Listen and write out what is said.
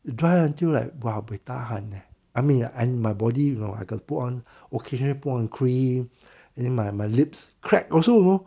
the dry until like !wow! buay tahan leh I mean you and my body you know I got put on occasionally put on cream and then my my lips crack also know